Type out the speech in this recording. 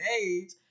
age